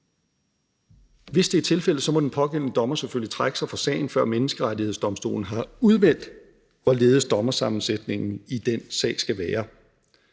Hvis det er tilfældet, må den pågældende dommer selvfølgelig trække sig fra sagen, før Menneskerettighedsdomstolen har udvalgt, hvorledes dommersammensætningen i den sag skal være.